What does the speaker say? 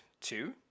two